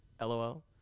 LOL